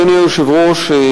אדוני היושב-ראש,